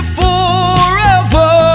forever